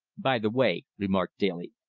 by the way, remarked daly,